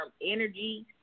energy